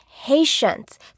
patience